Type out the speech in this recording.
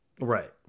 Right